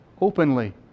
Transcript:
openly